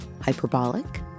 hyperbolic